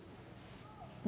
mm